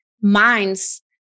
minds